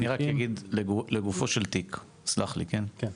אני רק אגיד לגופו של תיק, סלח לי, כן,